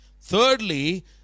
thirdly